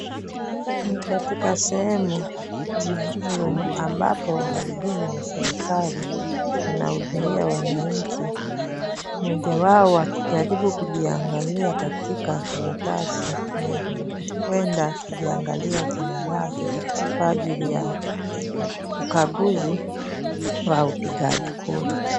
Ni katika sehemu maalumu, ambapo wahudumu wa serikali wanahudumia wananchi. Mmoja wao akijaribu kujiangalia katika karatasi maalumu, huwenda akiangalia jina lake, kwa ajili ya ukaguzi wa kupiga kura.